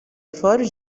four